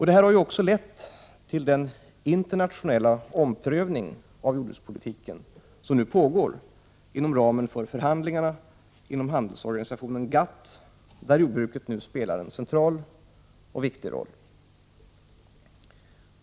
Detta har också lett till den internationella omprövning av jordbrukspolitiken som nu pågår inom ramen för förhandlingarna inom handelsorganisationen GATT, där jordbruket nu spelar en central och viktig roll.